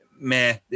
meh